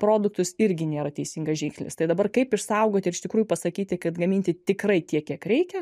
produktus irgi nėra teisingas žingsnis tai dabar kaip išsaugoti ir iš tikrųjų pasakyti kad gaminti tikrai tiek kiek reikia